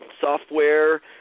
software